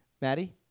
Maddie